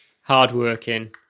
hardworking